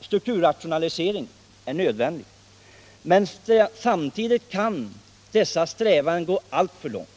Strukturrationalisering är nödvändigt, men samtidigt kan sådana strävanden gå alltför långt.